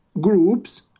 groups